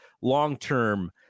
long-term